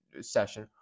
session